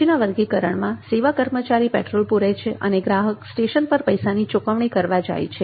પછીના વર્ગીકરણમાં સેવા કર્મચારી પેટ્રોલ પૂરે છે અને ગ્રાહક સ્ટેશન પર પૈસાની ચુકવણી કરવા જાય છે